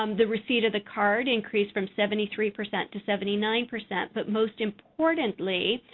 um the receipt of the card increased from seventy three percent to seventy nine percent, but, most importantly,